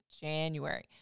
January